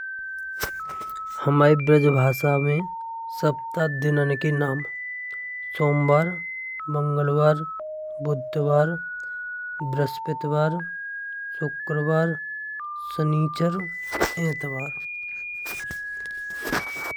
हमारी ब्रज भाषा में सातों दिनों के नाम सोमबार, मंगलवार, बुधवार, भृस्पतिवार, शुक्रवार, सनीचर, एतबार।